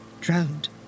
drowned